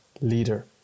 leader